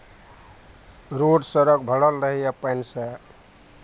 road सड़क भरल रहैए पानिसँ